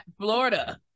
florida